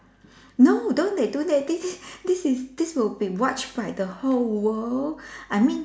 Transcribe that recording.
no don't they do that this this this is this will be watched by the whole world I mean